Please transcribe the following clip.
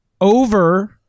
over